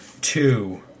two